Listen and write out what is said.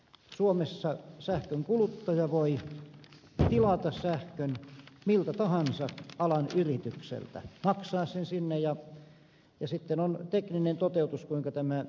suomessa sähkön kuluttaja voi tilata sähkön miltä tahansa alan yritykseltä maksaa sen sinne ja sitten on tekninen toteutus kuinka tämä hoituu